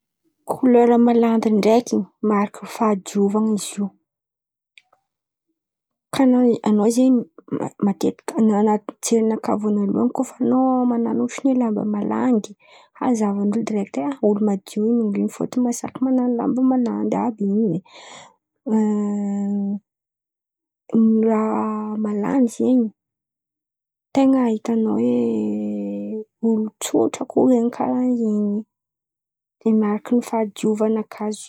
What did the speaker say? Kolera malandy ndraiky mariky ny fadiovan̈a izy io. Ka an̈ao an̈ao zen̈y matitiky, an̈aty jerinakà vônaloan̈y kô fa an̈ao man̈ano ôhatra oe lamba malandy ha zahavan̈andreo direkity olo madio olo in̈y matoa masaky man̈ano lamba malandy àby in̈y oe. Mila malandy zen̈y ten̈a ahitan̈a oe olo tsotra koa zen̈y karàha in̈y, mariky ny fadiovan̈a fahadiovan̈a kà izy io.